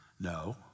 No